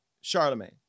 Charlemagne